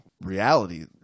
reality